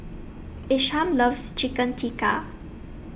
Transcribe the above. Isham loves Chicken Tikka